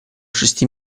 шести